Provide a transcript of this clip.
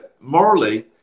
morally